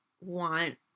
want